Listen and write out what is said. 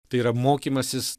tai yra mokymasis